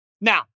Now